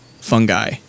fungi